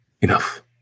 Enough